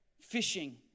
fishing